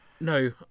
no